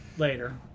Later